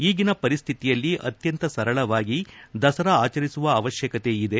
ಈಗಿನ ಪರಿಸ್ವಿತಿಯಲ್ಲಿ ಅತ್ನಂತ ಸರಳವಾಗಿ ದಸರಾ ಆಚರಿಸುವ ಅವಶ್ವಕತೆ ಇದೆ